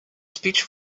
speech